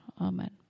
Amen